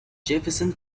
jefferson